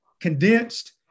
condensed